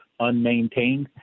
unmaintained